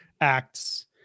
acts